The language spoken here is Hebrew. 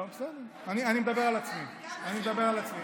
אני מדבר על עצמי, אני מדבר על עצמי.